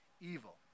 evil